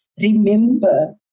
remember